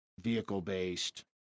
vehicle-based